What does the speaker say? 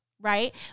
Right